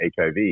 HIV